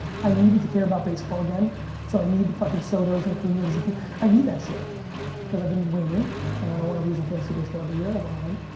i needed to care about baseball again so i need the fucking sotos and acunas and i need that shit cause i've been waning and i don't wanna lose in fantasy baseball every year. i wanna win.